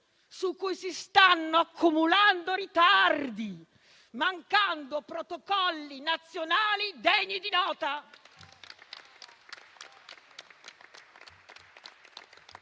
su cui si stanno accumulando ritardi, mancando protocolli nazionali degni di nota.